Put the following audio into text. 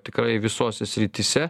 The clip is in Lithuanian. tikrai visose srityse